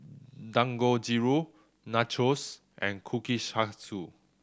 Dangojiru Nachos and Kushikatsu